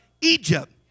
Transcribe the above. Egypt